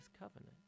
covenant